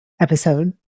episode